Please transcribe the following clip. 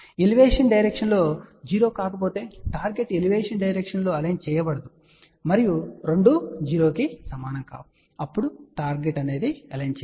elevation difference 0 కాకపోతే target elevation direction లో align చేయబడదు మరియు రెండూ 0 కి సమానం కావు అప్పుడు టార్గెట్ అలైన్ చేయబడదు